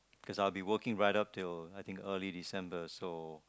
cause I'll be working right up till I think early December so